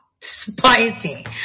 spicy